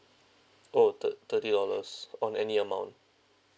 oh thir~ thirty dollars on any amount